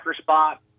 spot